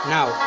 Now